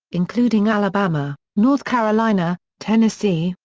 including alabama, north carolina, tennessee,